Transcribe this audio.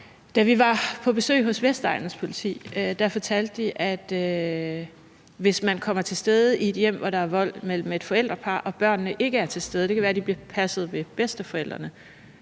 Da vi var på besøg hos Københavns Vestegns Politi, fortalte de, at hvis man kommer til stede i et hjem, hvor der er vold mellem et forældrepar og børnene ikke er til stede – det kan være, de bliver passet ved bedsteforældrene